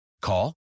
Call